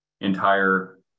entire